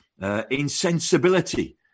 insensibility